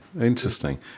interesting